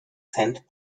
cent